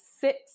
sit